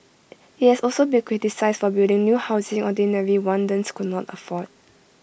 IT has also been criticised for building new housing ordinary Rwandans cannot afford